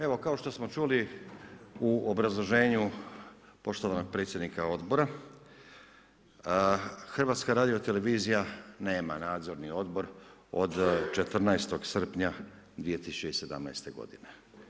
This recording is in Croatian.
Evo kao što smo čuli u obrazloženju poštovanog predsjednika odbora, HRT nema nadzorni odbor od 14. srpnja 2017. godine.